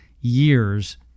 years